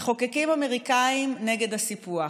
מחוקקים אמריקאים נגד הסיפוח,